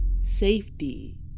safety